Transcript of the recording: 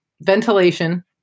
ventilation